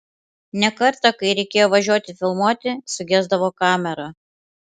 ne kartą kai reikėjo važiuoti filmuoti sugesdavo kamera